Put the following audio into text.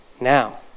Now